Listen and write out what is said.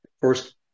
First